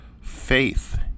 faith